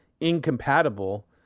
incompatible